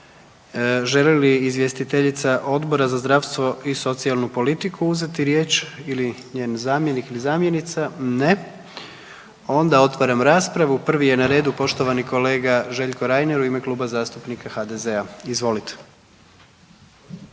Želi li izvjestiteljica Odbora za zdravstvo i socijalnu politiku uzeti riječ ili njen zamjenik ili zamjenica? Ne, onda otvaram raspravu prvi je na redu poštovani kolega Željko Reiner u ime Kluba zastupnika HDZ-a. Izvolite.